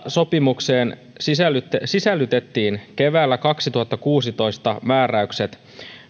sopimukseen sisällytettiin keväällä kaksituhattakuusitoista määräykset